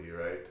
right